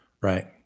right